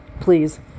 Please